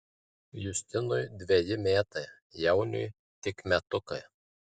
justinui dveji metai jauniui tik metukai